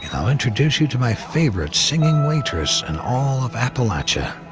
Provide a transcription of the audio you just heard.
i'll introduce you to my favorite singing waitress in all of appalachia.